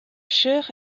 chair